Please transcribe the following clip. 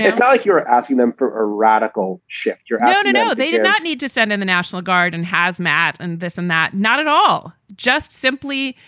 it's not like you're asking them for a radical shift. you're out you know, they do not need to send in the national guard and has matt and this and that. not at all. just simply.